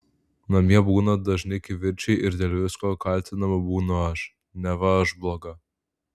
namie būna dažni kivirčai ir dėl visko kaltinama būnu aš neva aš bloga